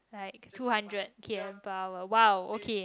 like two hundred k_m per hour !wow! okay